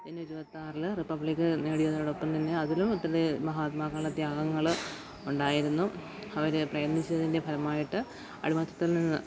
ജനുവരി ഇരുപത്തിയാറിന് റിപ്പബ്ലിക്ക് നേടിയതിനോടൊപ്പം തന്നെ അതിലും ഒത്തിരി മഹാത്മാക്കളുടെ ത്യാഗങ്ങള് ഉണ്ടായിരുന്നു അവര് പ്രയത്നിച്ചതിൻ്റെ ഫലമായിട്ട് അടിമത്തത്തിൽ നിന്ന്